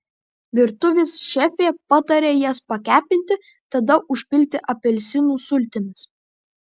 virtuvės šefė pataria jas pakepinti tada užpilti apelsinų sultimis